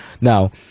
Now